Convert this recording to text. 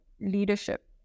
leadership